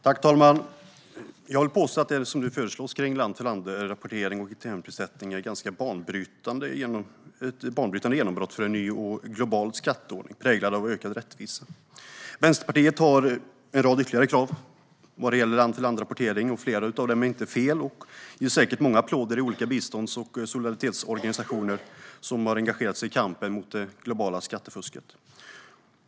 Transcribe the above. Herr talman! Jag vill påstå att det som nu föreslås för land-för-land-rapportering och internprissättning är ett ganska banbrytande genombrott för en ny och global skatteordning präglad av ökad rättvisa. Vänsterpartiet har en rad ytterligare krav vad gäller land-för-land-rapportering, och flera av dem är inte fel. Det ger säkert många applåder i olika bistånds och solidaritetsorganisationer som har engagerat sig i kampen mot det globala skattefusket.